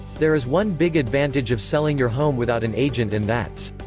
there is one big advantage of selling your home without an agent and that's.